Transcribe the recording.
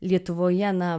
lietuvoje na